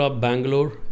Bangalore